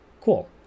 cool